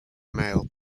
male